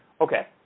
Okay